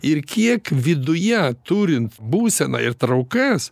ir kiek viduje turint būseną ir traukas